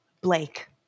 Blake